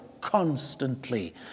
constantly